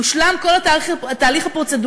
הושלם כל התהליך הפרוצדורלי,